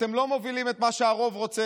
אתם לא מובילים את מה שהרוב רוצה.